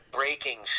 breaking